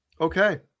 Okay